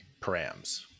params